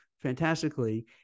fantastically